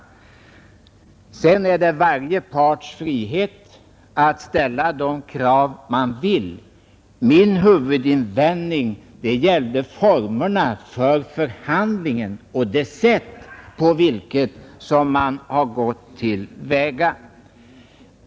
Sedan har varje part frihet att ställa de krav man vill. Min huvudinvändning gällde formerna för förhandlingarna och det sätt på vilket man har gått till väga.